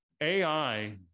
AI